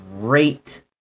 great